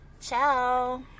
Ciao